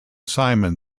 simon